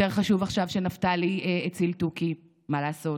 יותר חשוב עכשיו שנפתלי הציל תוכי, מה לעשות.